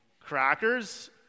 Crackers